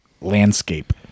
landscape